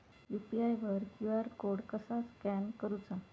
UPI वर QR code कसा scan करूचा?